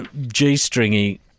G-stringy